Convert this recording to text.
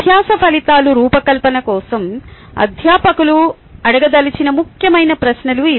అభ్యాస ఫలితాల రూపకల్పన కోసం అధ్యాపకులు అడగదలిచిన ముఖ్యమైన ప్రశ్నలు ఇవి